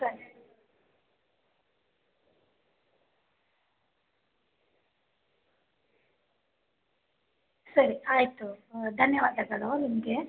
ಸರಿ ಸರಿ ಆಯಿತು ಧನ್ಯವಾದಗಳು ನಿಮಗೆ